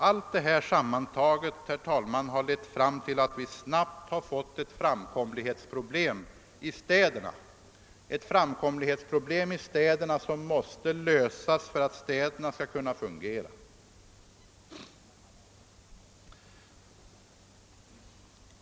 Allt detta har lett fram till att vi snabbt fått framkomlighetsproblem i alla våra städer av någon dignitet men givetvis de svåraste problemen i de allra största städerna.